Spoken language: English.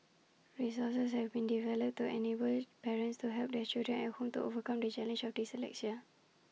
resources have been developed to enable parents to help their children at home to overcome the challenge of dyslexia